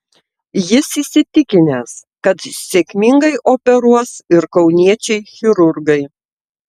jis įsitikinęs kad sėkmingai operuos ir kauniečiai chirurgai